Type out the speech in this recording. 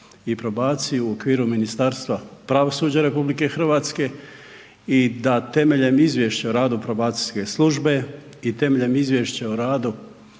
i probaciju u okviru Ministarstva pravosuđa RH i da temeljem Izvješća o radu probacijske službe i temeljem izvješća o radu